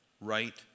right